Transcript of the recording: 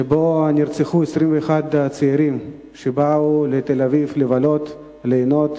שבו נרצחו 21 צעירים שבאו לתל-אביב לבלות, ליהנות,